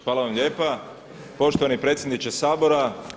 Hvala vam lijepa poštovani predsjedniče Sabora.